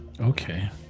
Okay